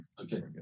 okay